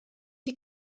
die